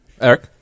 Eric